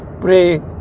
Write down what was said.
pray